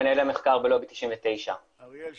מנהל המחקר בלובי 99. אריאל,